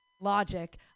Logic